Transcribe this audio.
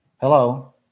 Hello